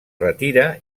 retira